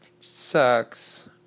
sucks